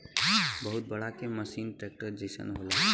बहुत बड़ा के मसीन ट्रेक्टर जइसन होला